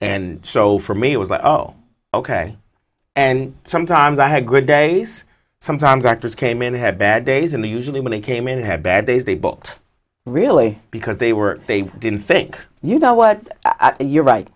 and so for me it was like oh ok and sometimes i had good days sometimes actors came in they had bad days and they usually when they came in and had bad days they booked really because they were they didn't think you know what you're right